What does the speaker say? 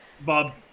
Bob